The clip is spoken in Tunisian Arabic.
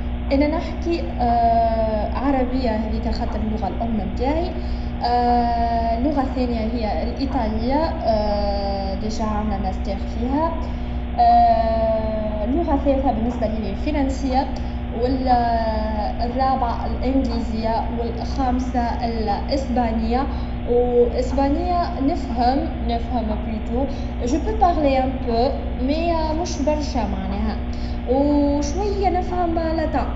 نستطيع نتكلم العربية والتونسية، ونتفهم الإنجليزية شوية. نحاول نعلم نفسي لغات جديدة، خاصة الفرنسية، لأنها مهمة في حياتنا اليومية. زادة، نستمتع بتعلم لغات جديدة لأنها تفتح لنا أبواب جديدة للتواصل. كل لغة تعكس ثقافة مختلفة، وهذا يجعل تعلمها تجربة ممتعة ومفيدة.